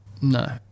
no